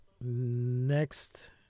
next